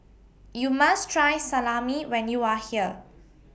YOU must Try Salami when YOU Are here